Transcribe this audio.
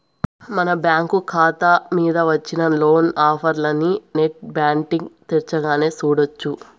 మన బ్యాంకు కాతా మింద వచ్చిన లోను ఆఫర్లనీ నెట్ బ్యాంటింగ్ తెరచగానే సూడొచ్చు